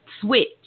switch